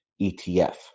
ETF